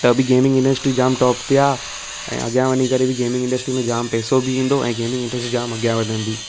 त बि gaming industry जाम टॉप ते आहे ऐं अॻियां वञी करे बि गेमिंग इंडस्ट्री में जाम पेसो बि ईंदो ऐं गेमिंग इंडस्ट्री जाम अॻियां वधंदी